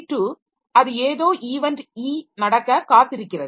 p2 அது ஏதோ event e நடக்க காத்திருக்கிறது